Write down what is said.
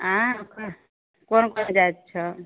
आयँ कोन कोन जाइत छौ